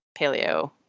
paleo